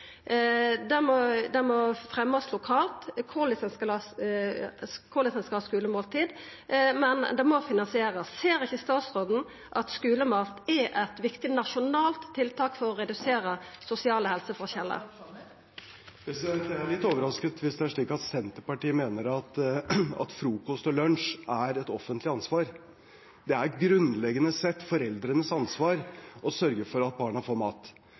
Det må fremjast lokalt korleis ein skal ha skulemåltid, men det må finansierast. Ser ikkje statsråden at skulemat er eit viktig nasjonalt tiltak for å redusera sosiale helseforskjellar? Jeg er litt overrasket hvis det er slik at Senterpartiet mener at frokost og lunsj er et offentlig ansvar. Det er grunnleggende sett foreldrenes ansvar å sørge for at barna får mat.